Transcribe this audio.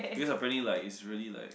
because apparently like is really like